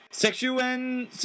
Sexual